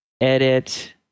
edit